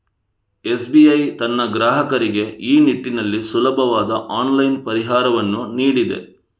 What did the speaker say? SBI ತನ್ನ ಗ್ರಾಹಕರಿಗೆ ಈ ನಿಟ್ಟಿನಲ್ಲಿ ಸುಲಭವಾದ ಆನ್ಲೈನ್ ಪರಿಹಾರವನ್ನು ನೀಡಿದೆ